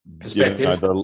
Perspective